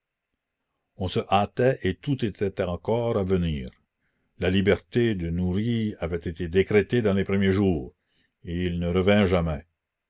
on se hâtait et tout était encore à venir la liberté de nouris avait été décrétée dans les premiers jours il ne revint jamais